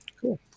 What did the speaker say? cool